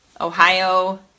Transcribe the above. Ohio